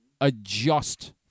adjust